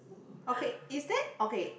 okay is there okay